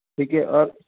ठीक है और